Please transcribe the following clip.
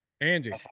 Andy